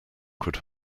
could